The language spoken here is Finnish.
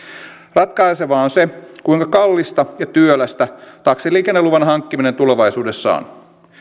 ratkaisevaa on se kuinka kallista ja työlästä taksiliikenneluvan hankkiminen tulevaisuudessa on